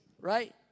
right